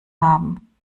haben